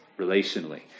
relationally